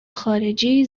خارجه